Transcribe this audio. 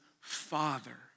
father